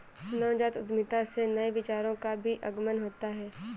नवजात उद्यमिता से नए विचारों का भी आगमन होता है